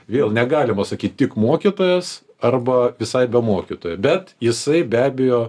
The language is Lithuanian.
vėl negalima sakyt tik mokytojas arba visai be mokytojo bet jisai be abejo